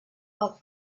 out